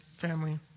family